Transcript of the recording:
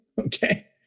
Okay